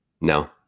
No